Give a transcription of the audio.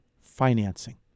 financing